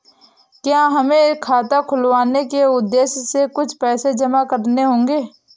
क्या हमें खाता खुलवाने के उद्देश्य से कुछ पैसे जमा करने होंगे?